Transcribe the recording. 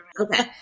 Okay